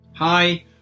Hi